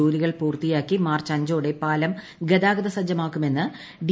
ജോലികൾ പൂർത്തിയാക്കി മാർച്ച് അഞ്ചോടെ പാലം ഗതാഗത സജ്ജമാകുമെന്ന് ഡി